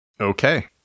Okay